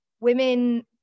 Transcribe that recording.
Women